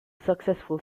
successful